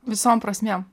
visom prasmėm